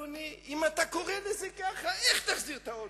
אין שום כוונה להוריד אותך מכיוון התנועה.